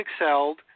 excelled